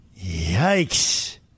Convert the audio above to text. yikes